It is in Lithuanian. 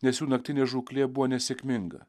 nes jų naktinė žūklė buvo nesėkminga